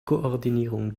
koordinierung